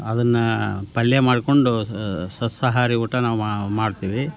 ಅದನ್ನು ಪಲ್ಯ ಮಾಡಿಕೊಂಡು ಸಸ್ಯಾಹಾರಿ ಊಟ ನಾವು ಮಾಡ್ತೀವಿ